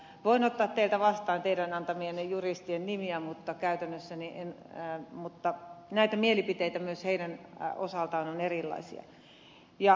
voin ottaa teiltä vastaan teidän antamienne juristien nimiä mutta näitä mielipiteitä myös heidän osaltaan on erilaisia